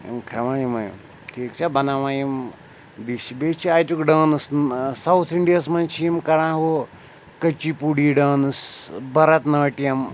یِم کھٮ۪وان یِمَے ٹھیٖک چھےٚ بَناوان یِم بیٚیہِ چھِ بیٚیہِ چھِ اَتیُک ڈانٕس ساوُتھ اِنٛڈیاہَس منٛز چھِ یِم کَران ہُہ کٔچی پوٗڈی ڈانٕس بھرَت ناٹیَم